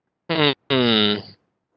mm